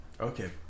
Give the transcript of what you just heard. okay